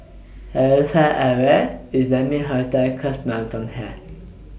How Far away IS Lai Ming Hotel Cosmoland from here